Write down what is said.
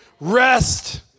Rest